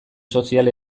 sozial